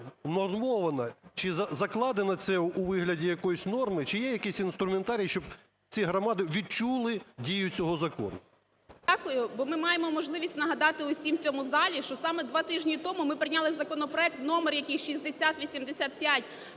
унормовано, чи закладено це у вигляді якоїсь норми? Чи є якийсь інструментарій, щоб ці громади відчули дію цього закону? 11:00:20 ЮРИНЕЦЬ О.В. Дякую, бо ми маємо можливість нагадати всім в цьому залі, що саме 2 тижні тому ми прийняли законопроект, номер який 6085,